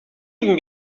even